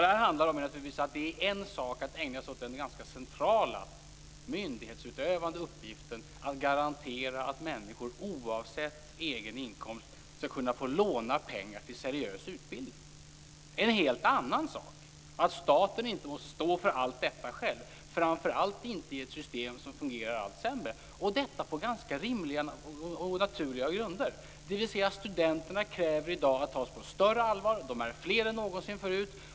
Vad det handlar om är att det är en sak att ägna sig åt den ganska centrala myndighetsutövande uppgiften att garantera att människor oavsett egen inkomst skall kunna få låna pengar till seriös utbildning. Men det är en helt annan sak att staten inte måste stå för allt detta själv, framför allt inte i ett system som fungerar allt sämre och detta på ganska rimliga och naturliga grunder. Studenterna kräver i dag att tas på större allvar. De är fler än någonsin förut.